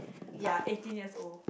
uh eighteen years old